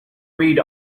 read